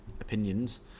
opinions